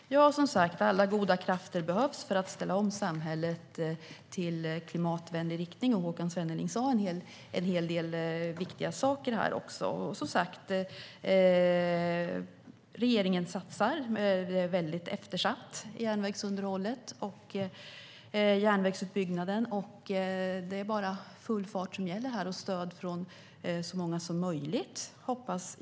Herr talman! Som sagt, alla goda krafter behövs för att ställa om samhället i klimatvänlig riktning, och Håkan Svenneling sa en hel del viktiga saker. Regeringen satsar. Järnvägsunderhållet och järnvägsutbyggnaden är mycket eftersatta. Det är bara full fart som gäller här, och jag hoppas på stöd från så många som möjligt.